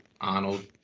Arnold